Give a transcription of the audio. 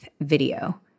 video